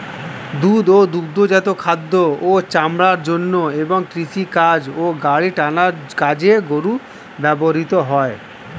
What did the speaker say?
দুধ ও দুগ্ধজাত খাদ্য ও চামড়ার জন্য এবং কৃষিকাজ ও গাড়ি টানার কাজে গরু ব্যবহৃত হয়